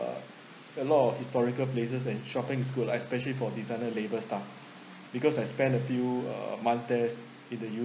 a lot of historical places and shopping is good ah especially for designer label stuff because I spend a few uh months there in the U